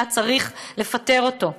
היה צריך לפטר אותו.